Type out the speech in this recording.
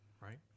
right